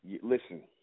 Listen